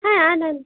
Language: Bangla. হ্যাঁ আন আন